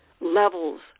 levels